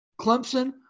Clemson